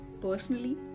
personally